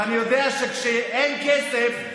ואני יודע שכשאין כסף,